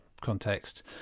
context